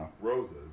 roses